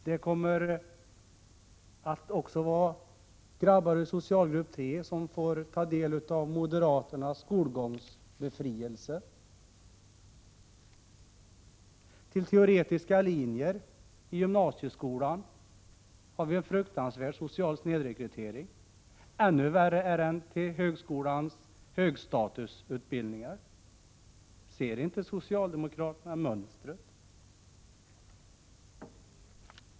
Det är 10 december 1987 också grabbar ur socialgrupp 3 som kommer att få ta del av moderaternas skolgångsbefrielse. Till teoretiska linjer i gymnasieskolan är den sociala snedrekryteringen enorm. Ännu värre är den till högskolans högstatusutbildningar. Ser inte socialdemokraterna mönstret?